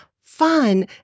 fun